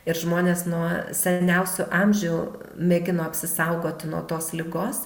ir žmonės nuo seniausių amžių mėgino apsisaugoti nuo tos ligos